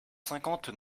cinquante